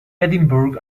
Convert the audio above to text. edinburgh